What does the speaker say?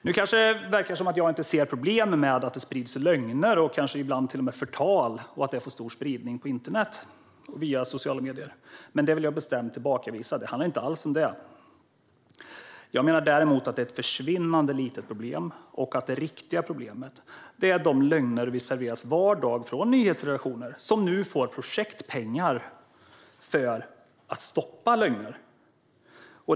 Nu kanske det verkar som att jag inte ser problemet med att lögner och ibland kanske till och med förtal får stor spridning på internet via sociala medier, med det vill jag bestämt tillbakavisa. Det handlar inte alls om det. Jag menar däremot att det är ett försvinnande litet problem och att det riktiga problemet är de lögner som vi serveras var dag från nyhetsredaktioner som nu ska få projektpengar för att stoppa lögner.